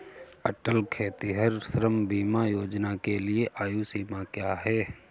अटल खेतिहर श्रम बीमा योजना के लिए आयु सीमा क्या है?